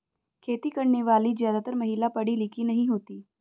खेती करने वाली ज्यादातर महिला पढ़ी लिखी नहीं होती